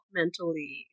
mentally